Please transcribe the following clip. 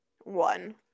One